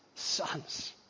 sons